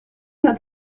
hat